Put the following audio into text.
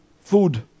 food